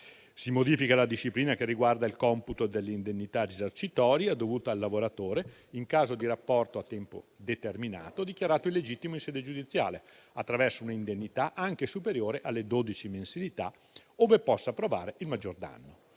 Si modifica la disciplina che riguarda il computo dell'indennità risarcitoria dovuta al lavoratore in caso di rapporto a tempo determinato dichiarato illegittimo in sede giudiziale, attraverso un'indennità anche superiore alle 12 mensilità, ove possa provare il maggior danno.